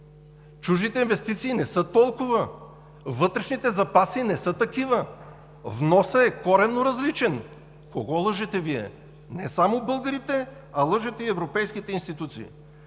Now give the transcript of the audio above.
чуждите инвестиции не са толкова, вътрешните запаси не са такива, вносът е коренно различен. Кого лъжете Вие? Не само българите, а лъжете и европейските институции.